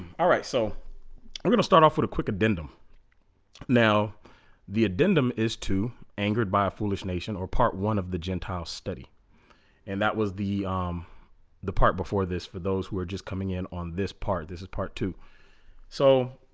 alright so i'm gonna start off with a quick addendum now the addendum is too angered by a foolish nation or part one of the gentile study and that was the um the part before this for those who are just coming in on this part this is part two so